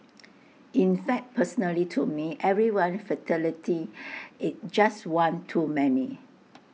in fact personally to me every one fatality is just one too many